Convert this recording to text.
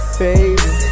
baby